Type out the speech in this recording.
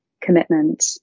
commitment